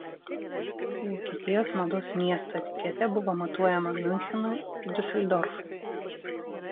vokietijos mados miesto etiketė buvo matuojama miunchenui ir diuseldorfui